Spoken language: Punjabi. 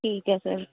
ਠੀਕ ਹੈ ਸਰ